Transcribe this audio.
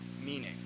meaning